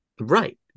Right